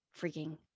freaking